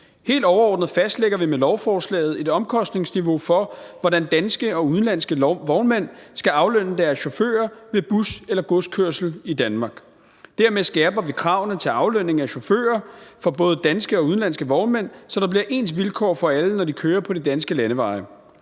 Helt overordnet fastlægger vi med lovforslaget et omkostningsniveau for, hvordan danske og udenlandske vognmænd skal aflønne deres chauffører ved bus- eller godskørsel i Danmark. Dermed skærper vi kravene til aflønning af chauffører for både danske og udenlandske vognmænd, så der bliver ens vilkår for alle, når de kører på de danske landeveje.